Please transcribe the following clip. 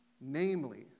namely